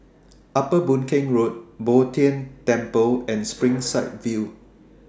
Upper Boon Keng Road Bo Tien Temple and Springside View